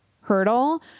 hurdle